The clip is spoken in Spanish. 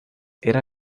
era